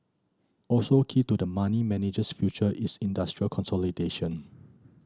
also key to the money manager's future is industry consolidation